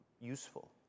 useful